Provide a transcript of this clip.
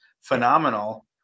phenomenal